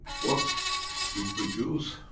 what we produce,